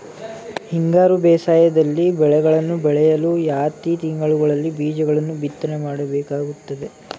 ಹಿಂಗಾರು ಬೇಸಾಯದಲ್ಲಿ ಬೆಳೆಗಳನ್ನು ಬೆಳೆಯಲು ಯಾವ ತಿಂಗಳುಗಳಲ್ಲಿ ಬೀಜಗಳನ್ನು ಬಿತ್ತನೆ ಮಾಡಬೇಕಾಗುತ್ತದೆ?